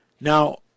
Now